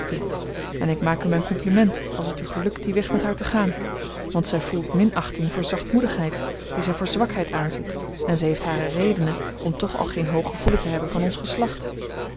en ik maak u mijn compliment als het u gelukt dien weg met haar te gaan want zij voedt minachting voor zachtmoedigheid die zij voor zwakheid aanziet en zij heeft hare redenen om toch al geen hoog gevoelen te hebben van ons geslacht